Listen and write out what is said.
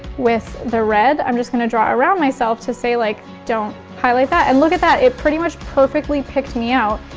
with the red i'm just gonna draw around myself to say like don't highlight that. and look at that, it pretty much perfectly picked me out.